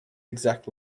exact